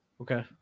okay